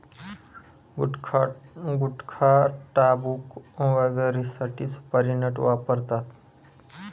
गुटखाटाबकू वगैरेसाठी सुपारी नट वापरतात